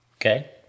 Okay